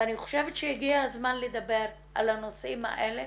אני חושבת שהגיע הזמן לדבר על הנושאים האלה